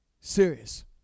Serious